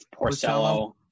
Porcello